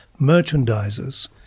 merchandisers